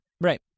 Right